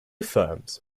firms